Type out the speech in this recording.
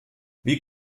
wie